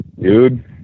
dude